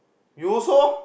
you also